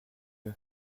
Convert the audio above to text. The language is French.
eux